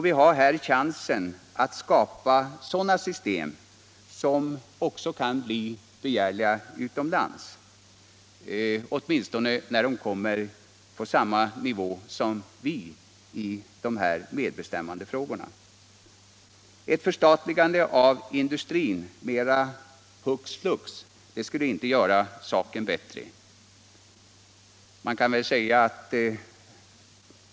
Vi har chansen att skapa system som också kan bli begärliga utomlands, åtminstone när man där kommer på samma nivå som vi i medbestämmandefrågorna. Ett förstatligande hux flux av industrin skulle inte göra saken bättre.